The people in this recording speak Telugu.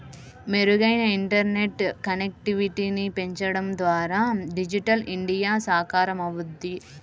మెరుగైన ఇంటర్నెట్ కనెక్టివిటీని పెంచడం ద్వారా డిజిటల్ ఇండియా సాకారమవుద్ది